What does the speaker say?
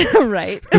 Right